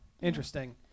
Interesting